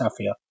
Safia